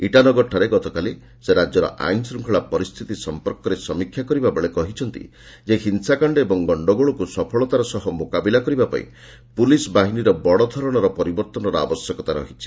ଇଟାନଗରଠାରେ ଗତକାଲି ସେ ରାଜ୍ୟର ଆଇନଶୃଙ୍ଖଳା ପରିସ୍ଥିତି ସଂପର୍କରେ ସମୀକ୍ଷା କରିବା ବେଳେ କହିଛନ୍ତି ଯେ ହିଂସାକାଣ୍ଡ ଓ ଗଣ୍ଡଗୋଳକୁ ସଫଳତାର ସହ ମୁକାବିଲା କରିବା ପାଇଁ ପୁଲିସ୍ ବାହିନୀରେ ବଡ଼ଧରଣର ପରିବର୍ତ୍ତନର ଆବଶ୍ୟକତା ରହିଛି